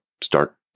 Start